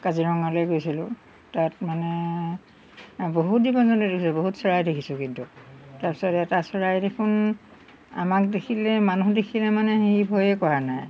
কাজিৰঙালৈ গৈছিলোঁ তাত মানে বহুত দীপ দেখিছোঁ বহুত চৰাই দেখিছোঁ কিন্তু তাৰপিছত এটা চৰাই দেখোন আমাক দেখিলে মানুহ দেখিলে মানে সি ভয়ে কৰা নাই